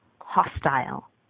hostile